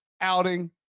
outing